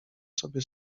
sobie